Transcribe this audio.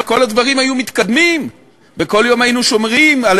כל הדברים היו מתקדמים וכל יום היינו שומעים על